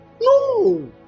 No